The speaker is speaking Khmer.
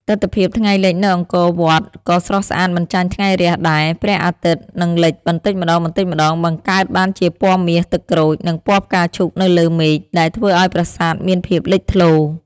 ទិដ្ឋភាពថ្ងៃលិចនៅអង្គរវត្តក៏ស្រស់ស្អាតមិនចាញ់ថ្ងៃរះដែរ។ ព្រះអាទិត្យនឹងលិចបន្តិចម្តងៗ បង្កើតបានជាពណ៌មាស ទឹកក្រូច និងពណ៌ផ្កាឈូកនៅលើមេឃ ដែលធ្វើឲ្យប្រាសាទមានភាពលេចធ្លោ។